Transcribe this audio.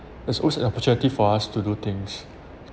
it's also a opportunity for us to do things